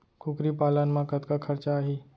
कुकरी पालन म कतका खरचा आही?